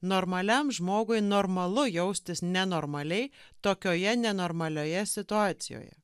normaliam žmogui normalu jaustis nenormaliai tokioje nenormalioje situacijoje